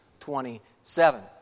27